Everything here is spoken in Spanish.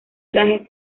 trajes